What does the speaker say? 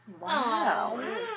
Wow